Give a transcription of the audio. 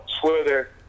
Twitter